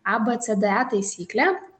a bė cė dė e taisyklė